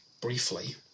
briefly